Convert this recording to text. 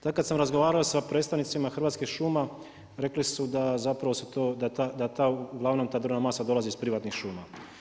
Tako kad sam razgovarao sa predstavnicima Hrvatskih šuma, rekli su da zapravo da uglavnom ta drvna masa dolazi iz privatnih šuma.